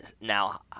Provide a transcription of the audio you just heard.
Now